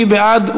מי בעד?